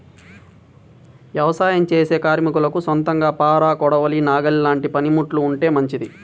యవసాయం చేసే కార్మికులకు సొంతంగా పార, కొడవలి, నాగలి లాంటి పనిముట్లు ఉంటే మంచిది